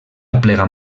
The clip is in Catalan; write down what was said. aplega